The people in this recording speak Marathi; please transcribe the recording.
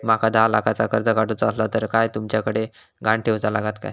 माका दहा लाखाचा कर्ज काढूचा असला तर काय तुमच्याकडे ग्हाण ठेवूचा लागात काय?